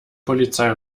polizei